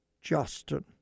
Justin